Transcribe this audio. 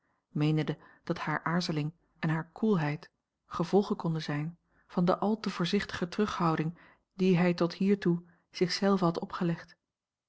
meenende dat hare aarzeling en hare koelheid gevolgen konden zijn van de al te voorzichtige terughouding die hij tot hiertoe zich zelven had opgelegd